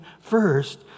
first